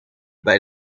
bij